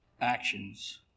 actions